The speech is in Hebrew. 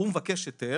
הוא מבקש היתר.